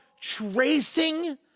tracing